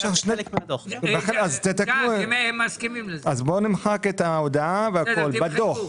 אז בואו נמחק את ההודעה והכול, בדוח.